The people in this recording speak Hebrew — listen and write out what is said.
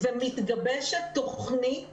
מתגבשת תכנית